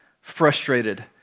frustrated